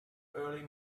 early